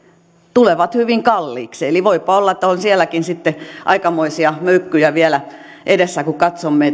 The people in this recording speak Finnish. tulevat hyvin kalliiksi eli voipa olla että on sielläkin sitten aikamoisia möykkyjä vielä edessä kun sitten katsomme